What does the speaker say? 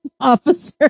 officer